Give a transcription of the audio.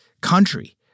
Country